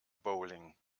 bowling